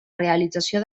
realització